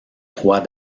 droit